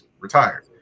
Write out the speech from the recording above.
retired